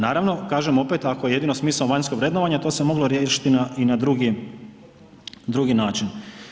Naravno, kažem opet ako je jedino smisao vanjsko vrednovanje to se moglo riješiti i na drugi, drugi način.